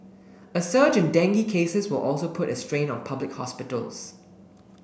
a surge in dengue cases will also put a strain on public hospitals